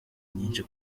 nyinshi